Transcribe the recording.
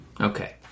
Okay